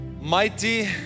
Mighty